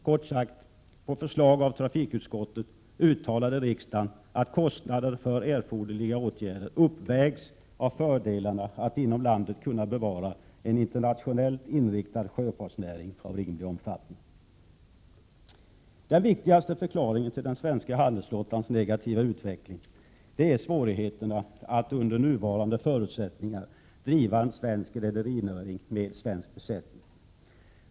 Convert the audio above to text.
Kort sagt: På förslag av trafikutskottet uttalade riksdagen att kostnader för erforderliga åtgärder uppvägs av fördelarna att inom landet kunna bevara en internationellt inriktad sjöfartsnäring av rimlig omfattning. Den viktigaste förklaringen till den svenska handelsflottans negativa utveckling är svårigheterna att under nuvarande förutsättningar driva en svensk rederinäring med svensk besättning.